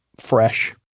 fresh